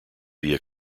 via